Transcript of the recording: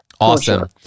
Awesome